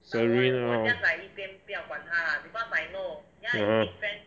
Serene lor (uh huh)